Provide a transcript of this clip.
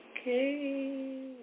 Okay